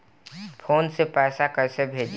Phone से पैसा कैसे भेजी?